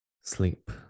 Sleep